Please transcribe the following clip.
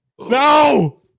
No